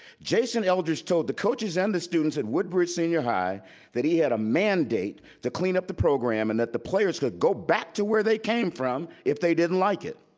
jason eldredge told the coaches and the students at woodbridge senior high that he had a mandate to clean up the program and that the players could go back to where they came from if they didn't like it.